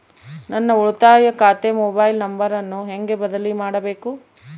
ನನ್ನ ಉಳಿತಾಯ ಖಾತೆ ಮೊಬೈಲ್ ನಂಬರನ್ನು ಹೆಂಗ ಬದಲಿ ಮಾಡಬೇಕು?